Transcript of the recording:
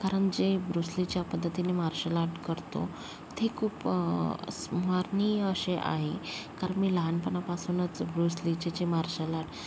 कारण जे Bruce Lee ज्या पद्धतीने मार्शल आर्ट करतो ते खूप स्मरणीय असे आहे कारण मी लहानपणापासूनच ब्रुस लीचे जे मार्शल आर्ट